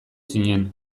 zinen